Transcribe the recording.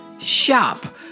shop